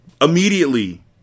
Immediately